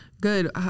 good